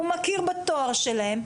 הוא מכיר בתואר שלהם.